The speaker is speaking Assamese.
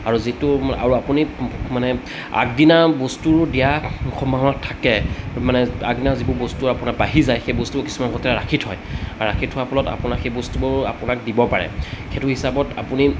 আৰু যিটো আৰু আপুনি মানে আগদিনা বস্তুৰ দিয়া সময়ত থাকে মানে আগদিনা যিবোৰ বস্তু আপোনাৰ বাঢ়ি যায় সেই বস্তুবোৰ কিছুমান সিহঁতে ৰাখি থয় ৰাখি থোৱাৰ ফলত আপোনাৰ সেই বস্তুবোৰ আপোনাক দিব পাৰে সেইটো হিচাপত আপুনি